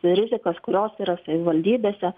rizikas kurios yra savivaldybėse